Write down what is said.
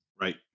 Right